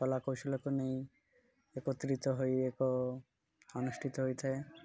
କଳା କୌଶଳକୁ ନେଇ ଏକତ୍ରିତ ହୋଇ ଏକ ଅନୁଷ୍ଠିତ ହୋଇଥାଏ